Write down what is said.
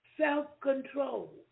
Self-control